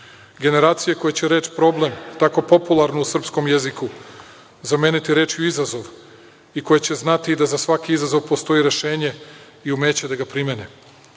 Generacije koje će reč problem tako popularno u srpskom jeziku zameniti rečju izazov i koja će znati da za svaki izazov postoji rešenje i umeće da ga primene. Tako